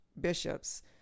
bishops